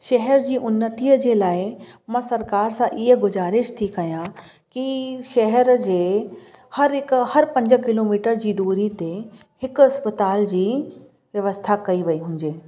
शहर जी उन्नतीअ जे लाइ मां सरकारि सां इअं गुज़ारिश थी कयां कि शहर जे हर हिक हर पंज किलोमीटर जी दूरी ते हिकु इस्पतालि जी व्यवस्था कई वेई हुजे